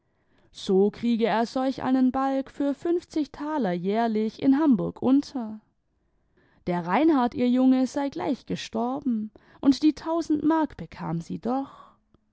so kriege er solch einen balg für fünfzig taler jährlich in hamburg tmter der reinhard ihr junge sei gleich gestorben und die tausend mark bekam sie doch